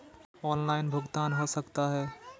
Online भुगतान हो सकता है?